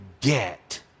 get